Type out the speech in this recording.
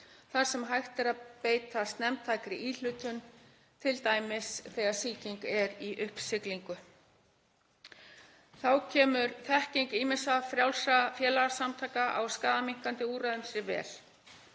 þar sem hægt er að beita snemmtækri íhlutun, t.d. þegar sýking er í uppsiglingu. Þá kemur þekking ýmissa frjálsra félagasamtaka á skaðaminnkandi úrræðum sér vel.